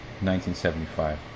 1975